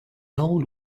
old